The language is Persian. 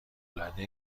العاده